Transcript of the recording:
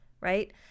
right